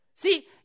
See